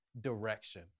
direction